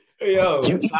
Yo